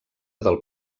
del